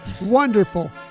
wonderful